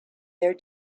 their